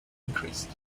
increased